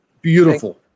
Beautiful